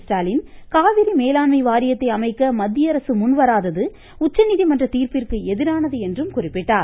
ஸ்டாலின் காவிரி மேலாண்மை வாரியத்தை அமைக்க மத்திய அரசு முன்வராதது உச்சநீதிமன்றத் தீர்ப்பிற்கு எதிரானது என்றும் அவர் குறிப்பிட்டார்